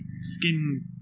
skin